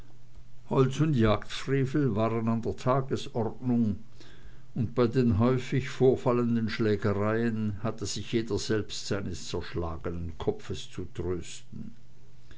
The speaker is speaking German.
holz und jagdfrevel waren an der tagesordnung und bei den häufig vorfallenden schlägereien hatte sich jeder selbst seines zerschlagenen kopfes zu trösten